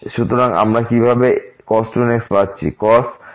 সুতরাং আমরা কিভাবে cos 2nx পাচ্ছি